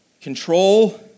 control